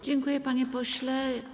Dziękuję, panie pośle.